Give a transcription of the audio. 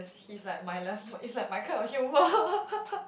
he's like my les~ it's like my kind of humor